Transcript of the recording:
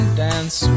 dance